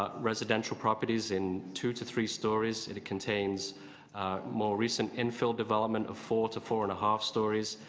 ah residential properties in two to three stories. it contains more resend in fill development of four to four and a half stories.